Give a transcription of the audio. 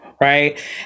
Right